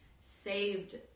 saved